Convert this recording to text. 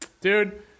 Dude